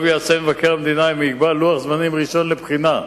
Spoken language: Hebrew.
טוב יעשה מבקר המדינה אם יקבע לוח זמנים ראשון לבחינה,